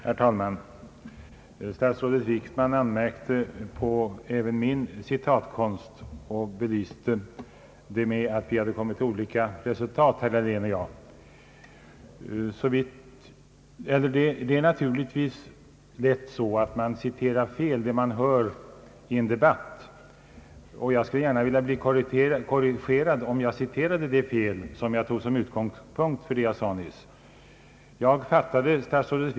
Herr talman! Statsrådet Wickman anmärkte på även min citatkonst och be lyste detta med att förklara att herr Dahlén och jag hade kommit till olika resultat. Det är naturligtvis lätt att citera fel vad man nyss har hört i en debatt. Jag skulle därför gärna vilja bli korrigerad om det som jag tog såsom utgångspunkt för vad jag sade verkligen var felciterat.